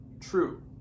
True